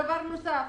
דבר רביעי,